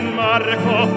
marco